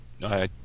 No